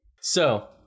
So-